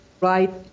right